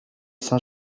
saint